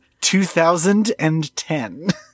2010